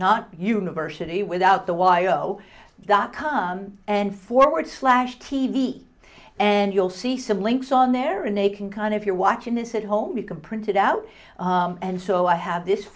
not university without the y o dot com and forward slash t v and you'll see some links on there in a can kind if you're watching this at home you can print it out and so i have this